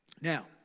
Now